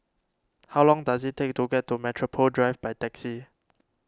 how long does it take to get to Metropole Drive by taxi